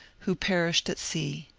who perished at sea.